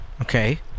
okay